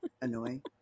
annoying